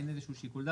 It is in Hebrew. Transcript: אין איזשהו שיקול דעת,